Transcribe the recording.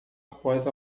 após